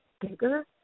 bigger